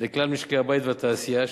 לכלל משקי-הבית והתעשייה,